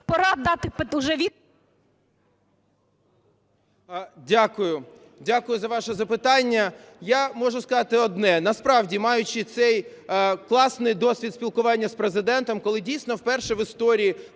Дякую за ваше запитання. Я можу сказати одне. Насправді маючи цей класний досвід спілкування з Президентом, коли дійсно вперше в історії